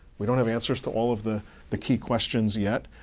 we don't have answers to all of the the key questions yet.